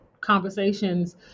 conversations